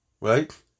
Right